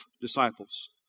disciples